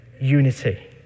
unity